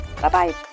Bye-bye